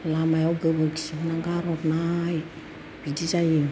लामायाव गोबोरखि सिबना गारहरनाय बिदि जायो